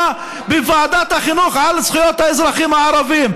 בוועדת החינוך על זכויות האזרחים הערבים.